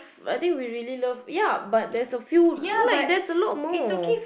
I think we really love ya but there's a few like there's a lot more